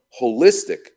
holistic